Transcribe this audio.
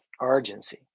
urgency